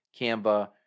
Canva